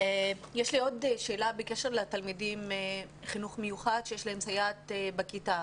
יש לי עוד שאלה בקשר לתלמידים מהחינוך המיוחד שיש להם סייעת בכיתה.